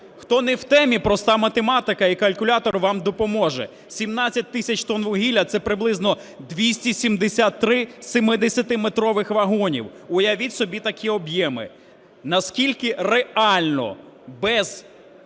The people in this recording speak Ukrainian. Хто не в темі, проста математика і калькулятор вам допоможе: 17 тисяч тонн вугілля – це приблизно 273 семидесятиметрових вагонів. Уявіть собі такі об'єми. Наскільки реально без…